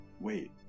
Wait